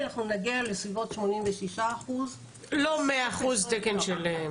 אנחנו נגיע לסביבות 86%. לא 100% תקן.